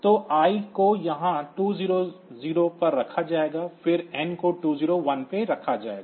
तो I को यहां 200 पर रखा जाएगा फिर N को 201 पर रखा जाएगा